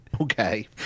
okay